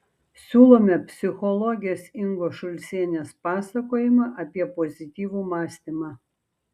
siūlome psichologės ingos šulcienės pasakojimą apie pozityvų mąstymą